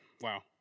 wow